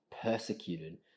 persecuted